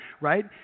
right